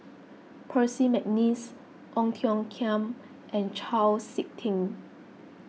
Percy McNeice Ong Tiong Khiam and Chau Sik Ting